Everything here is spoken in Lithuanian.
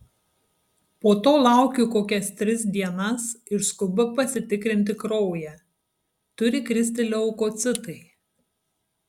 po to laukiu kokias tris dienas ir skubu pasitikrinti kraują turi kristi leukocitai